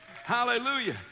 Hallelujah